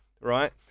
Right